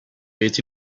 est